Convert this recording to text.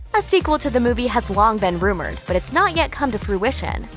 a sequel to the movie has long been rumored, but it's not yet come to fruition.